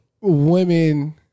women